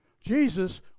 Jesus